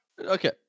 Okay